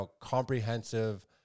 comprehensive